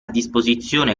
disposizione